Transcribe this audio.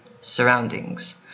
surroundings